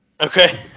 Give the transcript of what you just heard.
Okay